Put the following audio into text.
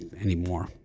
anymore